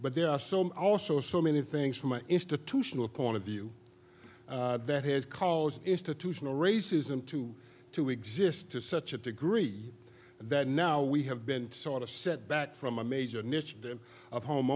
but there are some also so many things from an institutional point of view that has caused institutional racism to to exist to such a degree that now we have been sort of set back from a major ini